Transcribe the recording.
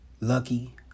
lucky